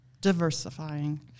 diversifying